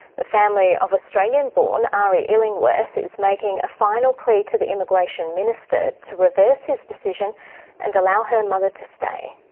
the family of australian-born ari illingworth is making a final plea to the immigration minister to reverse his decision and allow her mother to stay.